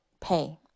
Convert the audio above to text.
pay